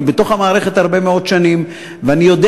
אני בתוך המערכת הרבה מאוד שנים ואני יודע